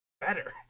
better